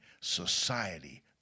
society